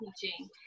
teaching